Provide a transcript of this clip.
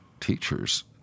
teachers